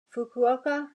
fukuoka